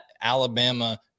Alabama